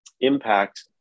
impact